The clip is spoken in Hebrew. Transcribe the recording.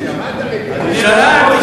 שמעת, ריפוי בפיסוק.